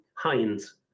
Heinz